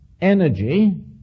energy